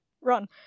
run